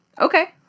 Okay